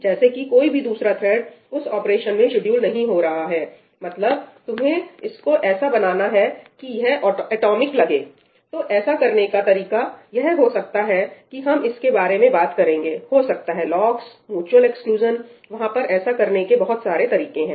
जैसे कि कोई भी दूसरा थ्रेड उस ऑपरेशन में शेड्यूल नहीं हो रहा है मतलब तुम्हें इसको ऐसा बनाना है कि यह एटॉमिक लगे तो ऐसा करने का एक तरीका यह हो सकता है कि हम इसके बारे में बात करेंगेहो सकता है लॉक्स मुचुअल एक्सक्लूजन वहां पर ऐसा करने के बहुत सारे तरीके हैं